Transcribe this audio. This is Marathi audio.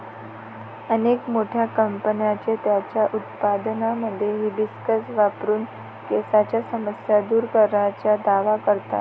अनेक मोठ्या कंपन्या त्यांच्या उत्पादनांमध्ये हिबिस्कस वापरून केसांच्या समस्या दूर करण्याचा दावा करतात